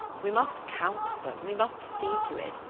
we must count them we must see to it.